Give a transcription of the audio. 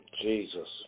Jesus